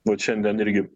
vat šiandien irgi